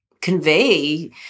convey